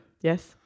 Yes